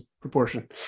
proportion